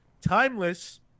timeless